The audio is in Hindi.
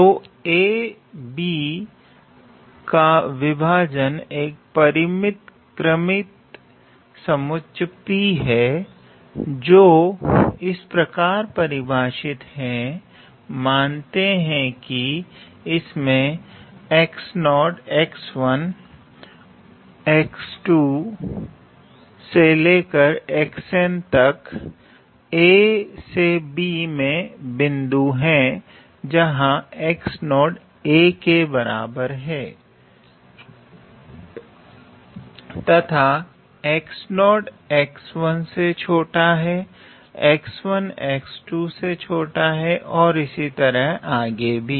तो ab का विभाजन एक परिमित क्रमिक समुच्चय P है जो इस प्रकार परिभाषित हैं मानते हैं कि इसमें से तक a से b मे बिंदु हैं जहां a के बराबर है तथा से छोटा हे से छोटा है और इसी तरह से आगे भी